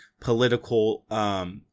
political